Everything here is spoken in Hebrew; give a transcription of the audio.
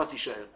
חוה בטח תישאר.